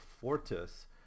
fortis